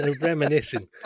reminiscing